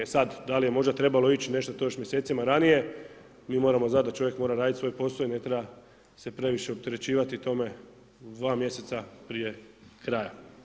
E sad, da li je možda trebalo ići nešto to još mjesecima ranije, mi moramo znati da čovjek mora raditi svoj posao i ne treba se previše opterećivati tome dva mjeseca prije kraja.